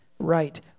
right